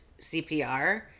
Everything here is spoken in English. CPR